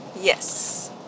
Yes